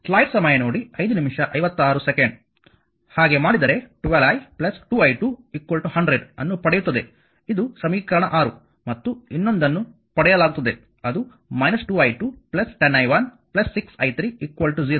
ಹಾಗೆ ಮಾಡಿದರೆ 12 i 2 i2 100 ಅನ್ನು ಪಡೆಯುತ್ತದೆ ಇದು ಸಮೀಕರಣ 6 ಮತ್ತು ಇನ್ನೊಂದನ್ನು ಪಡೆಯಲಾಗುತ್ತದೆ ಅದು 2 i2 10 i1 6 i3 0 ಇದು ಸಮೀಕರಣ 7